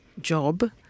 job